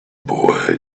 boy